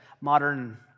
modern